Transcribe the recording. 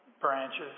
branches